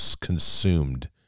consumed